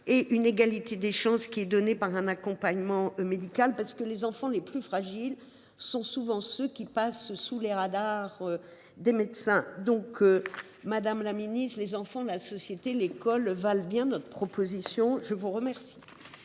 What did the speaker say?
et l’égalité des chances qui sont procurés par un accompagnement médical, les enfants les plus fragiles étant souvent ceux qui passent sous les radars des médecins. Madame la ministre, les enfants, la société et l’école valent bien notre proposition de loi